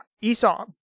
Esau